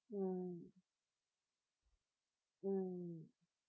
mm mm